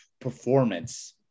performance